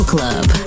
Club